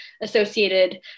associated